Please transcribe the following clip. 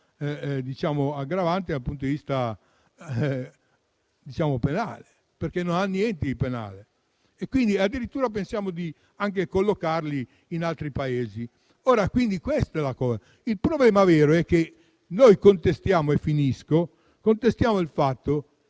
aggravante dal punto di vista penale (perché non ha niente di penale) e addirittura si pensa anche di collocarli in altri Paesi. Il problema vero che noi contestiamo è il fatto